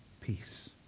peace